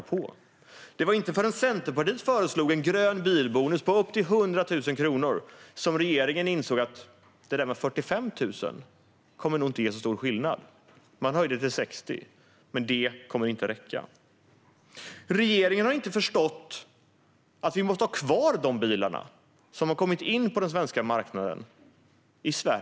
Och det var inte förrän Centerpartiet föreslog en grön bilbonus på upp till 100 000 kronor som regeringen insåg att 45 000 nog inte skulle göra så stor skillnad. Man höjde till 60 000, men det kommer inte att räcka. Regeringen har inte förstått att vi måste ha kvar de bilar i Sverige som har kommit in på den svenska marknaden.